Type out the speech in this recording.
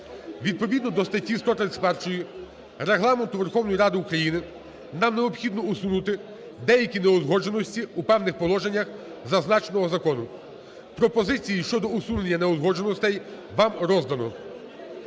Відповідно до статті 131 Регламенту Верховної Ради України нам необхідно усунути деякі неузгодженості в певних положеннях зазначеного закону. Пропозиції щодо усунення неузгодженостей вам роздано.